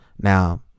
Now